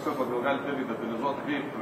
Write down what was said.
tiesiog vat gal galit irgi detalizuot kaip